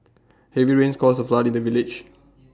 heavy rains caused A flood in the village